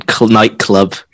nightclub